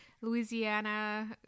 Louisiana